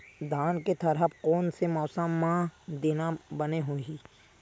धान के थरहा कोन से मौसम म देना बने होही?